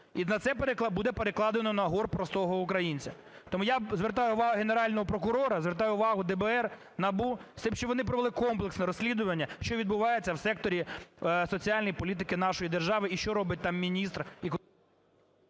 І це буде перекладено на горб простого українця. Тому я звертаю увагу Генерального прокурора, звертаю увагу ДБР, НАБУ з тим, щоб вони провели комплексне розслідування, що відбувається в секторі соціальної політики нашої держави, і що робить там міністр…